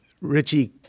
Richie